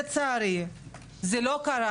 חיפה, פתח-תקווה, עפולה, אשדוד, אשקלון, רמלה.